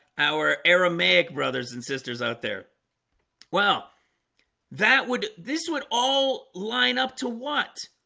our aramaic brothers and sisters out there well that would this would all line up to what?